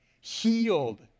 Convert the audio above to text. healed